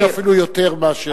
במספר אבסולוטי אפילו יותר מאשר,